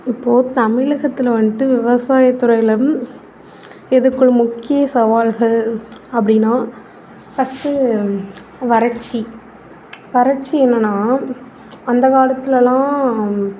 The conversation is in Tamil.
இப்போது தமிழகத்தில் வந்துட்டு விவசாயத்துறையில் எதிர்கொள்ளும் முக்கிய சவால்கள் அப்படின்னா ஃபர்ஸ்ட்டு வறட்சி வறட்சி என்னென்னா அந்த காலத்துலெலாம்